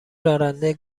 راننده